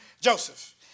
Joseph